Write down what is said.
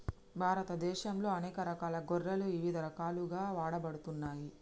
భారతదేశంలో అనేక రకాల గొర్రెలు ఇవిధ రకాలుగా వాడబడుతున్నాయి